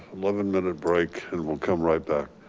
eleven minute break and we'll come right back.